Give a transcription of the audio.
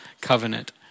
covenant